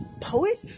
poet